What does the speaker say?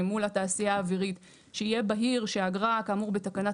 מול התעשייה האווירית שיהיה בהיר שהאגרה כאמור בתקנת